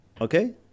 Okay